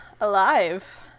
alive